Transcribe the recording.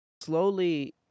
slowly